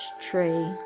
tree